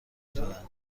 دونه